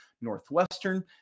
Northwestern